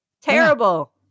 Terrible